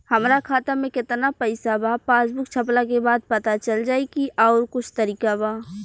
हमरा खाता में केतना पइसा बा पासबुक छपला के बाद पता चल जाई कि आउर कुछ तरिका बा?